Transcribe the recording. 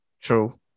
True